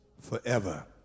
forever